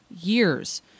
years